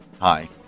Hi